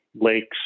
lakes